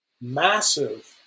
massive